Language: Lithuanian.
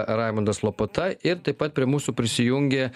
raimundas lopata ir taip pat prie mūsų prisijungė